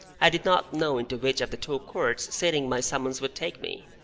i did not know into which of the two courts sitting my summons would take me.